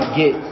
get